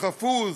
החפוז,